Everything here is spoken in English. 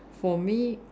for me